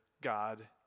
God